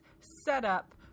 setup